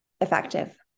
effective